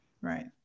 Right